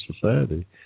society